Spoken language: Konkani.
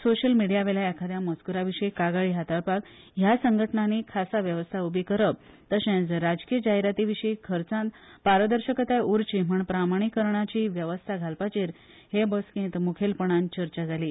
सोशियल मीडीयावेल्या एखाद्या मजकूराविशी कागाळी हाताळपाक ह्या संघटनांनी खासा व्यवस्था उभी करप तशेच राजकीय जाहिराती विशी खर्चात पारदर्शकताय उरची म्हण प्रमाणिकरणाची व्यवस्था घालपाचेर हे बसकेत मुखेलपणान चर्चा जाली